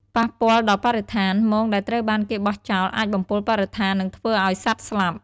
ប៉ះពាល់ដល់បរិស្ថាន មងដែលត្រូវបានគេបោះចោលអាចបំពុលបរិស្ថាននិងធ្វើឲ្យសត្វស្លាប់។